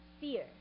fear